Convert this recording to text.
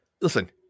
listen